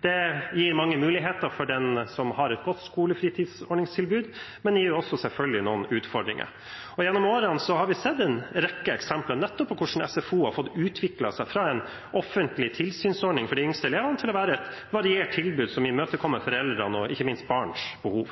Det gir mange muligheter for den som har et godt skolefritidsordningstilbud, men gir selvfølgelig også noen utfordringer. Gjennom årene har vi sett en rekke eksempler på hvordan SFO har fått utvikle seg fra en offentlig tilsynsordning for de yngste elevene, til å bli et variert tilbud som imøtekommer foreldrenes og ikke minst barnas behov.